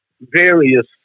various